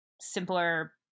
simpler